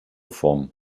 form